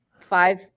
five